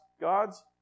God's